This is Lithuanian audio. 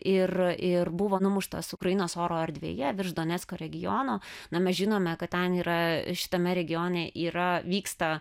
ir ir buvo numuštas ukrainos oro erdvėje virš donecko regiono na mes žinome kad ten yra šitame regione yra vyksta